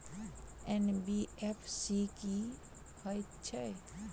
NBFC की हएत छै?